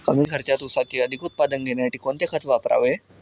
कमी खर्चात ऊसाचे अधिक उत्पादन घेण्यासाठी कोणते खत वापरावे?